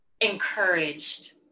encouraged